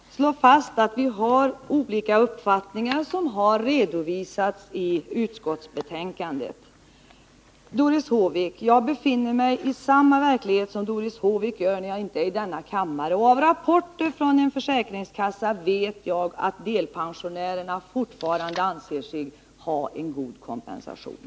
Herr talman! Låt oss slå fast att vi har olika uppfattningar, som har redovisats i utskottsbetänkandet. Jag befinner mig i samma verklighet som Doris Håvik när jag inte är i denna kammare, och av rapporter från en försäkringskassa vet jag att delpensionärerna fortfarande anser sig ha en god kompensation.